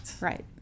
Right